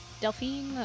Delphine